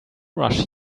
rush